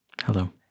Hello